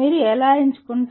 మీరు ఎలా ఎంచుకుంటారు